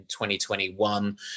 2021